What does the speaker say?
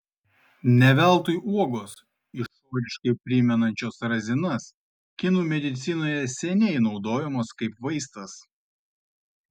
ne veltui uogos išoriškai primenančios razinas kinų medicinoje seniai naudojamos kaip vaistas